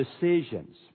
Decisions